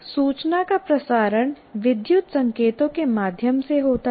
सूचना का प्रसारण विद्युत संकेतों के माध्यम से होता है